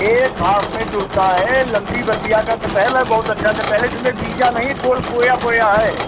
एक भाप में चुरता है लम्बी बतिया का कटहल है बहुत अच्छा कटहल है इसमें बीजा नहीं कोल कोया कोया है